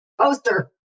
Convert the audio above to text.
poster